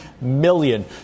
million